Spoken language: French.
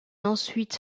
ensuite